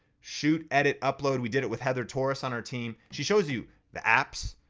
shoot, edit, upload, we did it with heather taurus on our team. she shows you the apps,